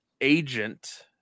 agent